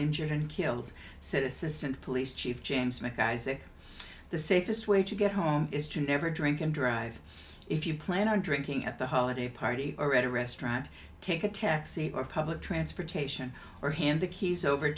injured and killed said assistant police chief james make isaac the safest way to get home is to never drink and drive if you plan on drinking at the holiday party or at a restaurant take a taxi or public transportation or hand the keys over